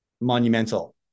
monumental